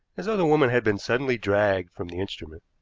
as though the woman had been suddenly dragged from the instrument.